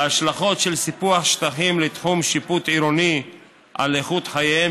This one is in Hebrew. ההשלכות של סיפוח שטחים לתחום שיפוט עירוני על איכות חייהם